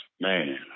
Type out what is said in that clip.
man